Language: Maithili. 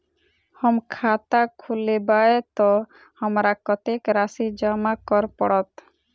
हम खाता खोलेबै तऽ हमरा कत्तेक राशि जमा करऽ पड़त?